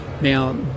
Now